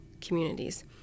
communities